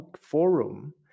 Forum